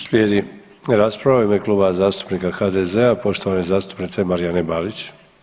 Slijedi rasprava u ime Kluba zastupnika HDZ-a poštovane zastupnice Marijane Balić.